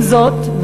עם זאת,